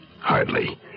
Hardly